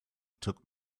took